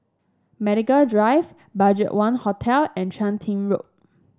Medical Drive BudgetOne Hotel and Chun Tin Road